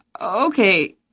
Okay